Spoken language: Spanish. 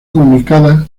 comunicada